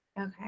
okay